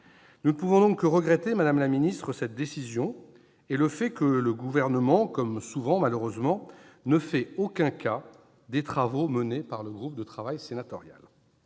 Nous ne pouvons donc que regretter cette décision, madame la ministre, et le fait que le Gouvernement, comme souvent malheureusement, ne fasse aucun cas des travaux menés par le groupe de travail sénatorial.